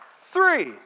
Three